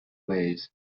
ways